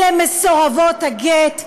אלה מסורבות הגט,